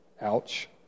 ouch